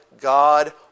God